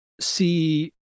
See